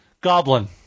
Goblin